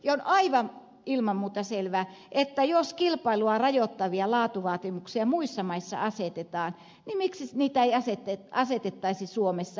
ja on aivan ilman muuta selvää että jos kilpailua rajoittavia laatuvaatimuksia muissa maissa asetetaan niin miksi niitä ei asetettaisi suomessa